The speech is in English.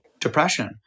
depression